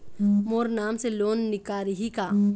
मोर नाम से लोन निकारिही का?